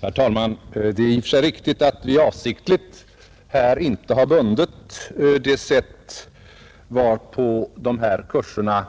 Herr talman! Det är i och för sig riktigt att vi avsiktligt inte har bundit det sätt på vilket dessa kurser